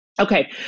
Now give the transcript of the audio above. Okay